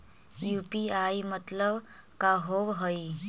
UPI मतलब का होब हइ?